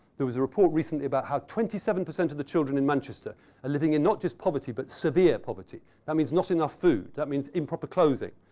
there was a report recently about how twenty seven percent of the children in manchester are living in not just poverty, but severe poverty. that means not enough food. that means improper clothing.